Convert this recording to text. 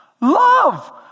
Love